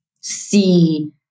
see